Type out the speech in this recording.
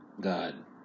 God